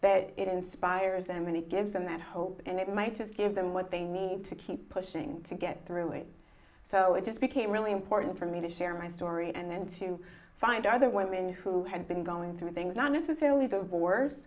that it inspires them and it gives them that hope and it might just give them what they need to keep pushing to get through it so it just became really important for me to share my story and then to find other women who had been going through things not necessarily the doors